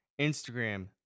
Instagram